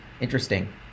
Interesting